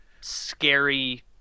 scary